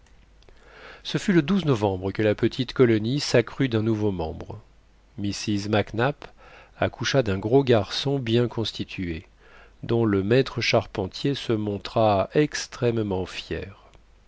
ce fut le novembre que la petite colonie s'accrut d'un nouveau membre mrs mac nap accoucha d'un gros garçon bien constitué dont le maître charpentier se montra extrêmement fier